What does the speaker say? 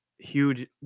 huge